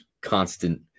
constant